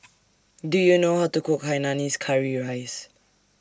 Do YOU know How to Cook Hainanese Curry Rice